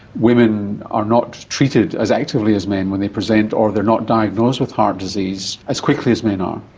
women are not treated as actively as men when they present, or they are not diagnosed with heart disease as quickly as men are.